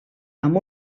amb